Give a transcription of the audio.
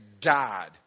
died